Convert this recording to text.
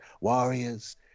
warriors